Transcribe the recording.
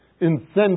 Incentives